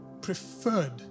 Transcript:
preferred